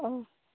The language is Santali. ᱚᱸᱻ